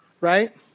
right